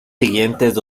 siguientes